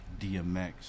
DMX